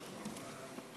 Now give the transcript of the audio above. יוני שטבון, תמר זנדברג,